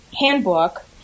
handbook